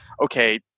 okay